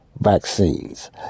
vaccines